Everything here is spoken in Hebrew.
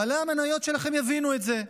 בעלי המניות שלכן יבינו את זה.